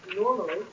normally